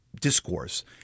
discourse